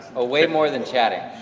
ah way more than chatting.